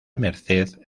merced